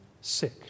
sick